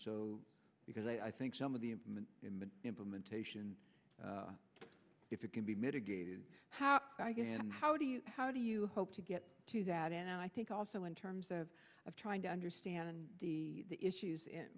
so because i think some of the implementation if it can be mitigated how i get it and how do you how do you hope to get to that and i think also in terms of of trying to understand the issues in